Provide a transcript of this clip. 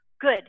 Good